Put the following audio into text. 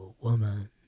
woman